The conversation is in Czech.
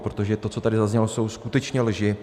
Protože to, co tady zaznělo, jsou skutečně lži.